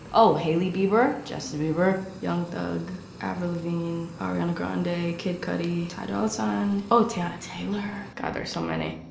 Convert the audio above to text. oh, hailey bieber, justin bieber, young thug, avril levigne i mean ariana grande, kid cudi, ty dolla sign, oh, teyana taylor. god, there's so many.